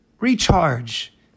recharge